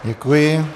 Děkuji.